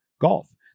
golf